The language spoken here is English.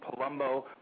Palumbo